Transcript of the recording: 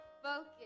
Focus